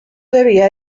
debía